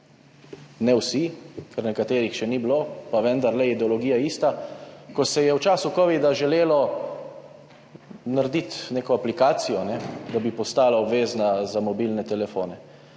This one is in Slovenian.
ne vsi, ker nekaterih še ni bilo, pa vendarle ideologija je ista, ko se je v času kovida želelo narediti neko aplikacijo, da bi postala obvezna za mobilne telefone.